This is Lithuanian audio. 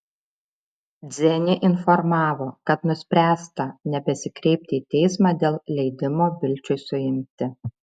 dzenį informavo kad nuspręsta nebesikreipti į teismą dėl leidimo bilčiui suimti